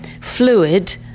fluid